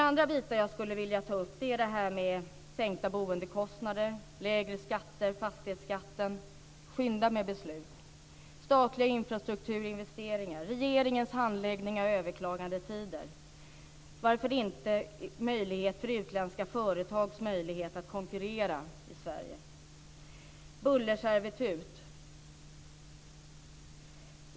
Andra bitar som jag skulle vilja ta upp är det här med sänkta boendekostnader och lägre skatter. Det gäller fastighetsskatten - skynda med beslut! Jag vill också ta upp statliga infrastrukturinvesteringar, regeringens handläggning av överklagandetider, utländska företags möjlighet att konkurrera i Sverige och bullerservitut.